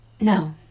No